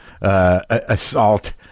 assault